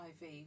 IV